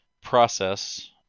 process